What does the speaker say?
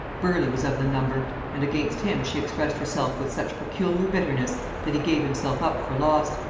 burleigh was of the number and against him she expressed herself with such peculiar bitterness that he gave himself up for lost,